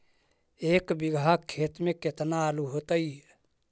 एक बिघा खेत में केतना आलू होतई?